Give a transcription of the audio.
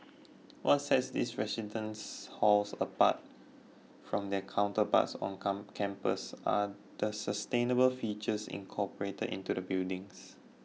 what set these residents halls apart from their counterparts on campus are the sustainable features incorporated into the buildings